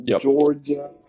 Georgia